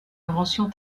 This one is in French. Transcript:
invention